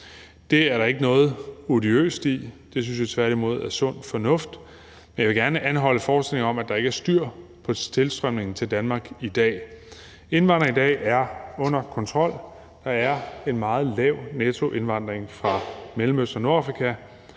Det er der ikke noget odiøst i; det synes jeg tværtimod er sund fornuft. Men jeg vil gerne anholde forestillingen om, at der ikke er styr på tilstrømningen til Danmark i dag. Indvandringen i dag er under kontrol. Der er en meget lav nettoindvandring fra Mellemøsten og Nordafrika.